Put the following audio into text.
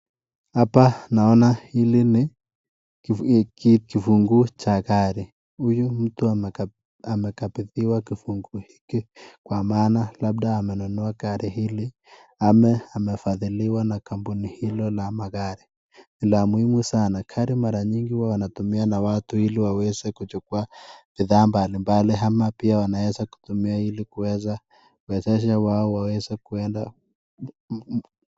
Hapa naona hili ni kufunguu cha gari, huyu mtu amekabidhiwa kifunguu hiki kwa maana labda amenunua gari hili ama amefathiliwa na kampuni hilo la magari ,gari ni la muhimu sana. Gari mara mingi inatumiwa na watu ili waweze kuchukua bithaa mbalimbali ama pia anaweza kutumia ili kuweza kuwezesha wao waweze kuenda.